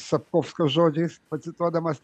sapkovskio žodžiais pacituodamas